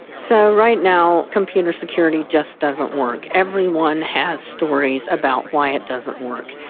so right now, computer security just doesn't work. everyone has stories about why it doesn't work.